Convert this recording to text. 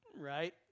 Right